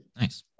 Nice